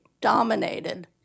dominated